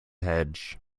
hedge